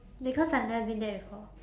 because I've never been there before